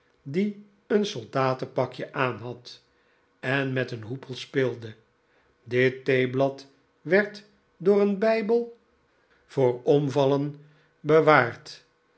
die een soldateiipakje aanhad en met een hoepel speelde dit theeblad werd door een bijbel voor